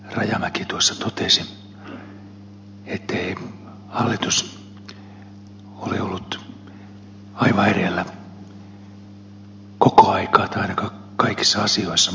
rajamäki tuossa totesi ettei hallitus ole ollut aivan edellä koko aikaa tai ainakaan kaikissa asioissa